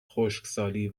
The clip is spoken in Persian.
خشکسالی